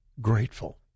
grateful